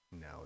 No